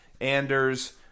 Anders